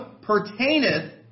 pertaineth